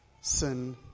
sin